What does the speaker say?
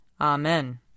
Amen